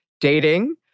dating